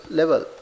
level